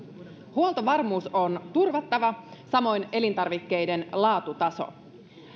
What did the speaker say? huoltovarmuus on turvattava samoin elintarvikkeiden laatutaso